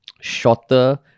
shorter